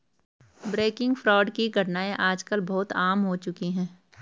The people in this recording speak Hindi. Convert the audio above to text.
बैंकिग फ्रॉड की घटनाएं आज कल बहुत आम हो चुकी है